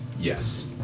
Yes